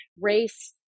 race